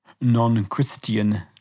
non-Christian